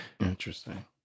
interesting